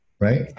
right